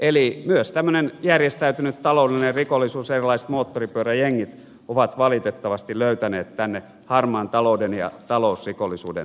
eli myös tällainen järjestäytynyt taloudellinen rikollisuus ja erilaiset moottoripyöräjengit ovat valitettavasti löytäneet tänne harmaan talouden ja talousrikollisuuden alalle